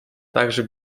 также